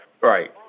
Right